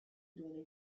dune